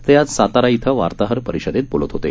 ते आज सातारा इथं वार्ताहर परिषदेत बोलत होते